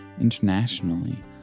internationally